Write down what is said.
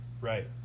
right